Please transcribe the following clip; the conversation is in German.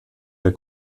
der